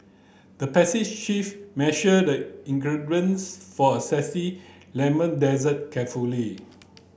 the passage chef measured the ingredients for a lemon dessert carefully